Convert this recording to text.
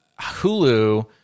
Hulu